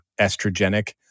estrogenic